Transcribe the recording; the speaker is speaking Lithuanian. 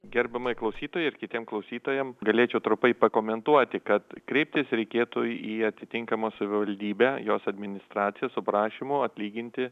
gerbiamai klausytojai ir kitiems klausytojams galėčiau trumpai pakomentuoti kad kreiptis reikėtų į atitinkamą savivaldybę jos administraciją su prašymu atlyginti